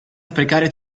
sprecare